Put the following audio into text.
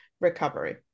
recovery